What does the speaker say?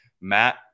Matt